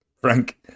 Frank